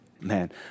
man